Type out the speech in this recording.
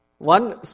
One